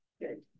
good